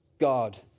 God